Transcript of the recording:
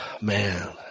Man